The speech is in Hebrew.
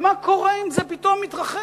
ומה קורה אם זה פתאום מתרחש?